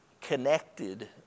connected